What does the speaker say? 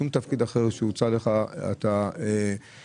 שום תפקיד אחר שהוצע לך לא לקחת,